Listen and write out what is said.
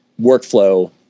workflow